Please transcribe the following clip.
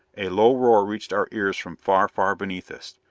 a low roar reached our ears from far, far beneath us.